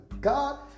god